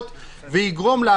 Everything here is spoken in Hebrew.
--- אני מבקש לתת לי